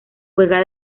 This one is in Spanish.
juega